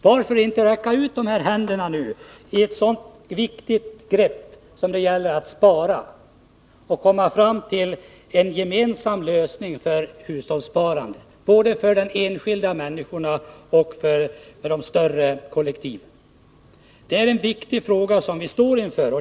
Varför inte räcka ut dessa händer nu, till ett så viktigt grepp som när det gäller att spara, så att vi kommer fram till en gemensam lösning för hushållssparandet, både för de enskilda människorna och för de större kollektiven. Det är en viktig fråga som vi står inför.